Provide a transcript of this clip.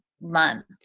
month